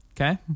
Okay